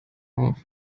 auf